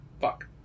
Fuck